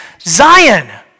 Zion